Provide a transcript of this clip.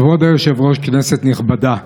כבוד היושב-ראש, כנסת נכבדה,